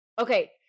Okay